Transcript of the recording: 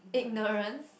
ignorance